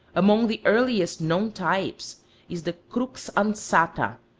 among the earliest known types is the crux ansata,